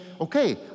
okay